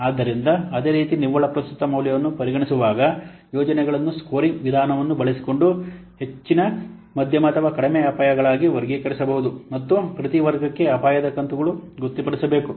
ಆದ್ದರಿಂದ ಅದೇ ರೀತಿ ನಿವ್ವಳ ಪ್ರಸ್ತುತ ಮೌಲ್ಯವನ್ನು ಪರಿಗಣಿಸುವಾಗ ಯೋಜನೆಗಳನ್ನು ಸ್ಕೋರಿಂಗ್ ವಿಧಾನವನ್ನು ಬಳಸಿಕೊಂಡು ಹೆಚ್ಚಿನ ಮಧ್ಯಮ ಅಥವಾ ಕಡಿಮೆ ಅಪಾಯಗಳಾಗಿ ವರ್ಗೀಕರಿಸಬಹುದು ಮತ್ತು ಪ್ರತಿ ವರ್ಗಕ್ಕೆ ಅಪಾಯದ ಕಂತುಗಳು ಗೊತ್ತುಪಡಿಸಬೇಕು